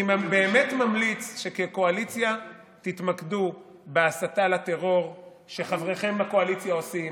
אני באמת ממליץ שכקואליציה תתמקדו בהסתה לטרור שחבריכם בקואליציה עושים,